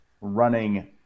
running